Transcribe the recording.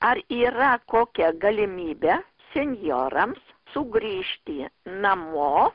ar yra kokia galimybė senjorams sugrįžti namo